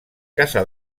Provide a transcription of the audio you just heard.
casa